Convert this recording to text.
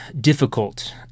difficult